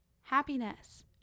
happiness